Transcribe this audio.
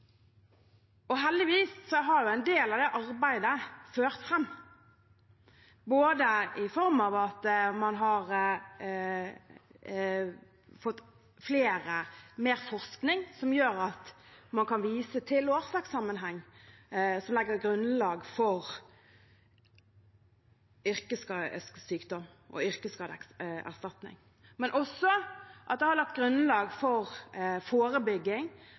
har jo en del av det arbeidet ført fram, både i form av at man har fått mer forskning, som gjør at man kan vise til årsakssammenheng, som legger et grunnlag for yrkessykdom og yrkesskadeerstatning, men også at det har lagt et grunnlag for forebygging,